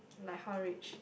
like how rich